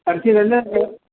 ഇറച്ചി നല്ല ഇറച്ചിയാണ്